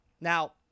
Now